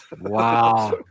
wow